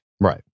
Right